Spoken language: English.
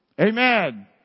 Amen